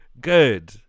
good